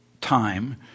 time